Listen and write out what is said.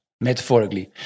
metaphorically